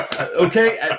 Okay